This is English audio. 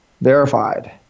verified